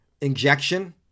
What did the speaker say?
injection